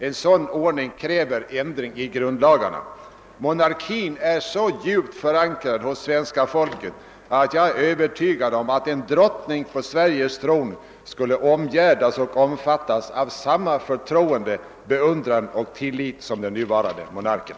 En sådan ordning kräver ändring i grundlagarna. Monarkin är så djupt förankrad hos det svenska folket att jag är övertygad om att en drottning på Sveriges tron skulle omgärdas och omfattas av samma förtroende, beundran och tillit som den nuvarande monarken.